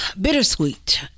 bittersweet